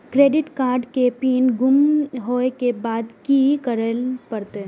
Credit card के PIN गुम होय के बाद की करै ल परतै?